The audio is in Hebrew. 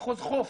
מחוז חוף